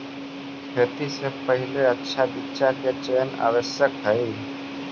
खेती से पहिले अच्छा बीचा के चयन आवश्यक हइ